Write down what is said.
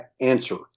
answer